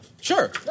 Sure